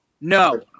No